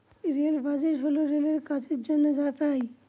rail budget হল রেলের কাজের জন্য যা পাই